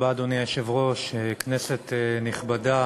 אדוני היושב-ראש, תודה רבה, כנסת נכבדה,